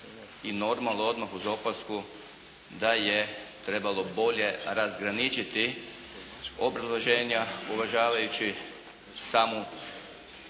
i normalno odmah uz opasku da je trebalo bolje razgraničiti obrazloženja uvažavajući samu